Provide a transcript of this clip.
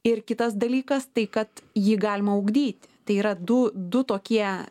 ir kitas dalykas tai kad jį galima ugdyti tai yra du du tokie